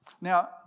Now